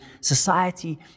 society